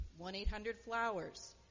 1-800-Flowers